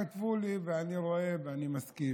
כתבו לי, ואני רואה ואני מסכים.